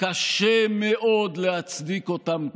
קשה מאוד להצדיק אותן כעת.